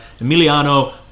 Emiliano